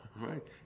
right